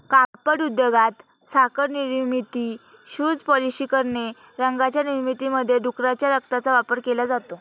कापड उद्योगात, साखर निर्मिती, शूज पॉलिश करणे, रंगांच्या निर्मितीमध्ये डुकराच्या रक्ताचा वापर केला जातो